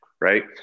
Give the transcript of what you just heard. Right